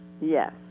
Yes